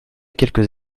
quelques